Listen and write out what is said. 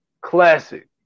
classic